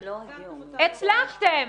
הצלחתם.